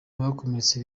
bakomeretse